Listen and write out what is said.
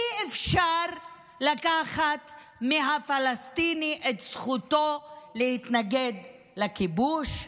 אי-אפשר לקחת מהפלסטיני את זכותו להתנגד לכיבוש,